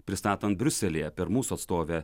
pristatant briuselyje per mūsų atstovę